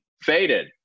faded